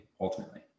ultimately